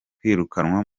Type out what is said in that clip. kwirukanwa